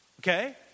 Okay